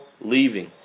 leaving